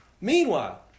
Meanwhile